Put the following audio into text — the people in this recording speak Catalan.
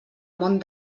món